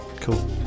cool